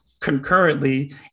concurrently